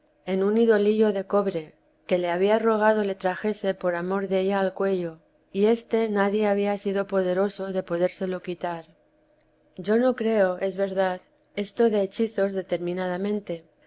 en un idolillo de cobre que le había rogado le trajese por amor della al cuello y éste n había sido poderoso de podérselo quitar yo no creo verdad esto de hechizos